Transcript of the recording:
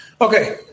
Okay